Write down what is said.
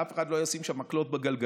שאף אחד לא ישים שם מקלות בגלגלים,